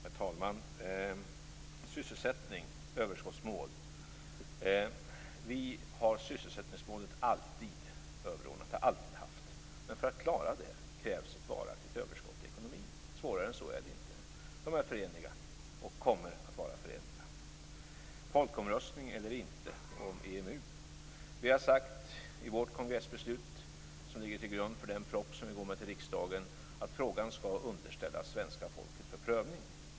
Herr talman! Sysselsättning, överskottsmål: Vi har alltid sysselsättningsmålet överordnat och har alltid haft. Men för att klara det krävs ett varaktigt överskott i ekonomin. Svårare än så är det inte. De är förenliga och kommer att vara förenliga. Folkomröstning om EMU eller inte: Vi har i vårt kongressbeslut, som ligger till grund för den proposition som vi går med till riksdagen, sagt att frågan skall underställas svenska folket för prövning.